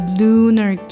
lunar